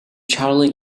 charley